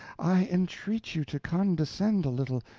i entreat you to condescend a little,